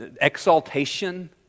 exaltation